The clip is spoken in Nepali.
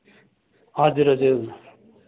हजुर हजुर